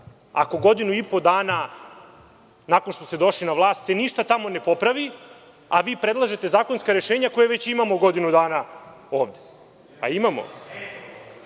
ako godinu i po dana nakon što ste došli na vlast se tamo ništa ne popravi, a predlažete zakonska rešenja koja već imamo godinu dana ovde, a imamo